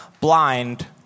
blind